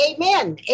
Amen